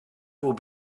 will